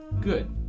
Good